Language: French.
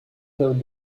période